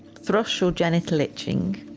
thrush or genital itching,